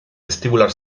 vestibular